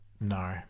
No